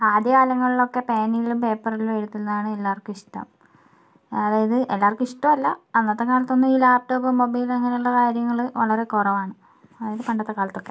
ആദ്യകാലങ്ങളിലൊക്കെ പേനയിലും പേപ്പറിലും എഴുതുന്നതാണ് എല്ലാവർക്കും ഇഷ്ട്ടം അതായത് എല്ലാവർക്കും ഇഷ്ട്ടല്ല അന്നത്തെ കാലത്തൊന്നും ഈ ലാപ്ടോപ്പ് മൊബൈൽ അങ്ങനെയുള്ള കാര്യങ്ങൾ വളരെ കുറവാണ് അതായത് പണ്ടത്തെ കാലത്തൊക്കെ